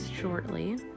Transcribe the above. shortly